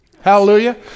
Hallelujah